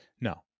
No